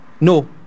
No